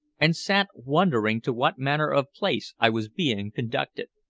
and sat wondering to what manner of place i was being conducted.